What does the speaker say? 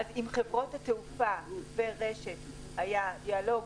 עם חברות התעופה ורש"ת היה דיאלוג,